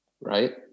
right